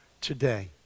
today